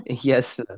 Yes